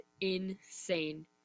insane